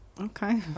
Okay